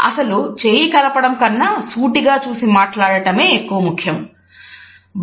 అసలు చేయి కలపడం కన్నా సూటిగా చూసి మాట్లాడటమే ఎక్కువ ముఖ్యం"